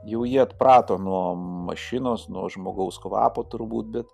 jau jie atprato nuo mašinos nuo žmogaus kvapo turbūt bet